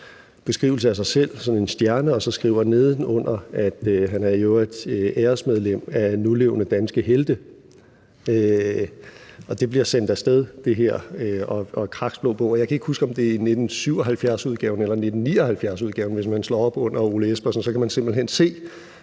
beskrivelse af sig selv og skriver så nedenunder, at han i øvrigt er æresmedlem af nulevende danske helte. Og det her bliver sendt afsted til Kraks Blå Bog, og jeg kan ikke huske, om det er i 1977-udgaven eller 1979-udgaven, hvor man, hvis man slår op under Ole Espersen, simpelt hen kan